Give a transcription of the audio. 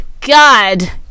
God